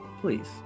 Please